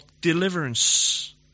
deliverance